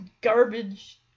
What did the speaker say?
garbage